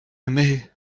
aimé